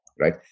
right